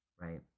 Right